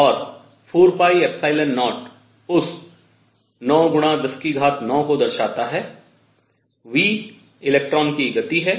और 4 0 उस 9×109 को दर्शाता है v इलेक्ट्रॉन का वेग है